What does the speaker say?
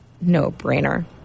no-brainer